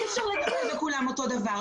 אי אפשר לטפל בכולם אותו דבר.